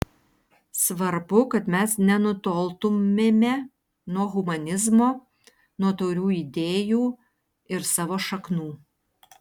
svarbu kad mes nenutoltumėme nuo humanizmo nuo taurių idėjų ir savo šaknų